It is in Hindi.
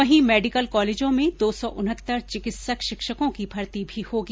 वहीं मेडिकल कॉलेजों में दो सौ उनहत्तर चिकित्सक शिक्षकों की भर्ती भी होगी